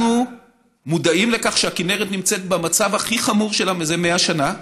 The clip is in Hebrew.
אנחנו מודעים לכך שהכינרת נמצאת במצב הכי חמור שלה מזה 100 שנה,